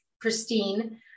pristine